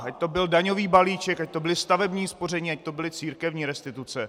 Ať to byl daňový balíček, ať to bylo stavební spoření, ať to byly církevní restituce.